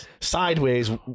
sideways